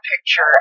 picture